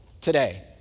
today